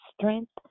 strength